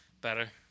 Better